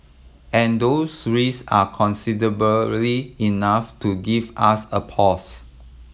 and those risk are considerably enough to give us a pause